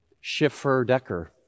Schiffer-Decker